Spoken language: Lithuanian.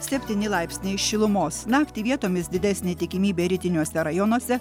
septyni laipsniai šilumos naktį vietomis didesnė tikimybė rytiniuose rajonuose